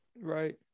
Right